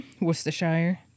Worcestershire